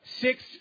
six